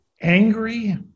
angry